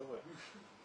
חבר'ה,